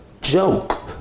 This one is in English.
joke